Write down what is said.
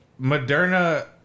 Moderna